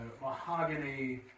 mahogany